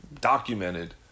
documented